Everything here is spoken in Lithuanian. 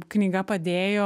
knyga padėjo